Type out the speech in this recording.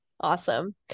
Awesome